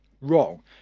wrong